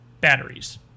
batteries